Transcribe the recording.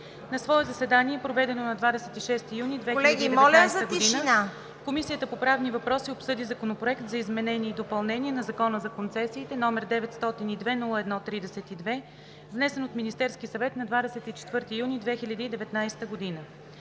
На свое заседание, проведено на 26 юни 2019 г., Комисията по правни въпроси обсъди Законопроект за изменение и допълнение на Закона за концесиите, № 902-01-32, внесен от Министерския съвет на 24 юни 2019 г.